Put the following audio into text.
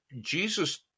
Jesus